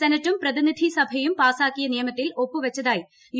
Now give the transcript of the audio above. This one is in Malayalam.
സെനറ്റും പ്രതിനിധി സഭയും പാസാക്കിയ നിയമത്തിൽ ഒപ്പു വച്ചതായി യു